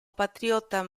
patriota